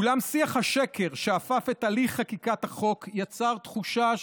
ואולם שיח השקר שאפף את הליך חקיקת החוק יצר תחושה קשה,